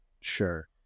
sure